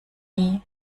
nie